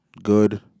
Good